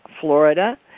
Florida